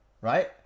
right